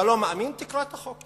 אתה לא מאמין, תקרא את החוק.